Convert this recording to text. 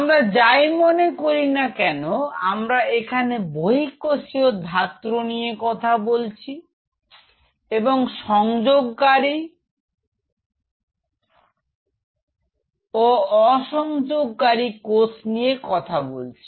আমরা যাই মানে করি না কেন আমরা এখানে বহিঃকোষীয় ধাত্র নিয়ে কথা বলছি এবং সংযোগকারী ও অ ড়ি নিয়ে কথা বলছি